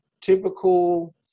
typical